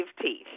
teeth